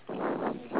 joking